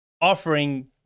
offering